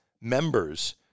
members